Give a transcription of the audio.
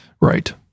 right